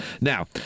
Now